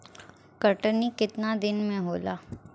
कटनी केतना दिन मे होला?